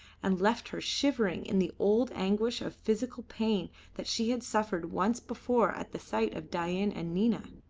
and left her shivering in the old anguish of physical pain that she had suffered once before at the sight of dain and nina.